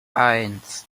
eins